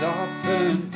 often